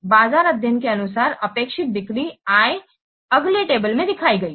बाजार अध्ययन के अनुसार अपेक्षित बिक्री आय अगले टेबल में दिखाई गई है